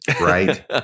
Right